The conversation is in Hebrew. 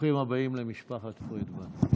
ברוכים הבאים, משפחת פרידמן.